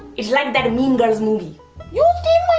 it's like that mean girls movie. you